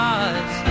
eyes